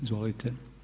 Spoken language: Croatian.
Izvolite.